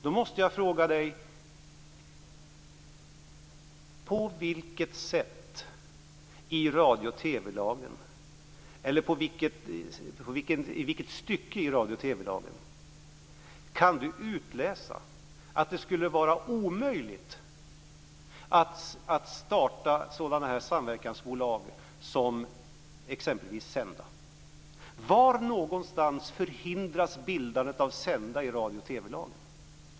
Då måste jag frågan honom: I vilket stycke i radio och TV-lagen kan Ola Karlsson utläsa att det skulle vara omöjligt att starta sådana samverkansbolag som Senda? Var någonstans förhindras bildandet av Senda i radio och TV-lagen?